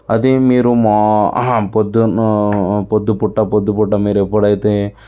అది మీరు మా పొద్దున పొద్దు పుట్ట పొద్దు పుట్ట మీరు ఎప్పుడైతే